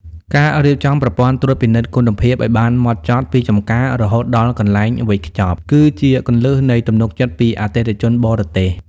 ការរៀបចំប្រព័ន្ធត្រួតពិនិត្យគុណភាពឱ្យបានហ្មត់ចត់ពីចម្ការរហូតដល់កន្លែងវេចខ្ចប់ គឺជាគន្លឹះនៃទំនុកចិត្តពីអតិថិជនបរទេស។